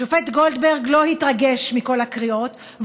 השופט גולדברג לא התרגש מכל הקריאות,